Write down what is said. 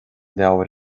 leabhair